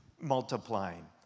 multiplying